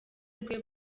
rwe